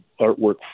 artwork